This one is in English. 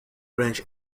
ranch